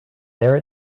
there